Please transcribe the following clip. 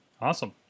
awesome